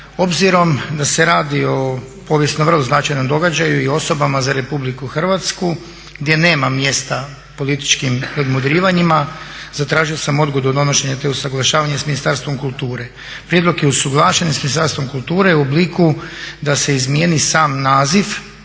Obzirom da se radi o povijesno vrlo značajnom događaju i osobama za RH gdje nema mjesta političkim nadmudrivanjima, zatražio sam odgodu donošenja te usuglašavanja sa Ministarstvom kulture. Prijedlog je usuglašen sa Ministarstvom kulture u obliku da se izmijeni sam naziv